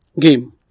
game